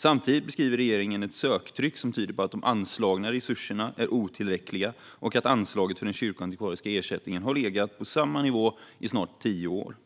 Samtidigt beskriver regeringen ett söktryck som tyder på att de anslagna resurserna är otillräckliga samt att anslaget för den kyrkoantikvariska ersättningen har legat på samma nivå i snart tio år.